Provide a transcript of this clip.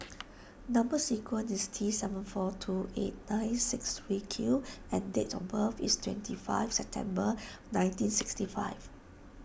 Number Sequence is T seven four two eight nine six three Q and date of birth is twenty five September nineteen sixty five